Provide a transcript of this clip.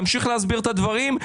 תמשיך להסביר את הדברים,